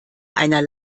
einer